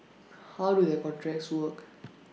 how do their contracts work